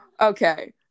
okay